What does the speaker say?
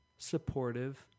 Supportive